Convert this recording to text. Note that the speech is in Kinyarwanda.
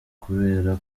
kubera